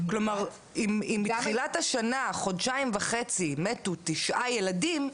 כלומר, אם מתחילת השנה מתו תשעה ילדים,